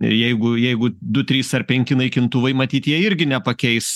ir jeigu jeigu du trys ar penki naikintuvai matyt jie irgi nepakeis